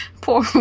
poor